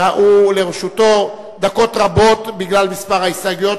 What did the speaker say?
שלרשותו דקות רבות בגלל מספר ההסתייגויות,